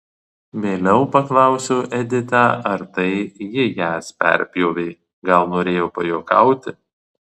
vėliau paklausiau editą ar tai ji jas perpjovė gal norėjo pajuokauti